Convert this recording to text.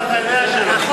אתה יודע שלא.